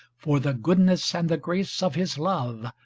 for the goodness and the grace, of his love,